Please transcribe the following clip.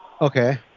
Okay